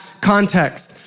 context